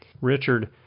Richard